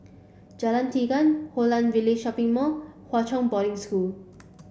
Jalan Tiga Holland Village Shopping Mall Hwa Chong Boarding School